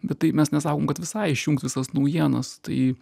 bet tai mes nesakom kad visai išjungt visas naujienas tai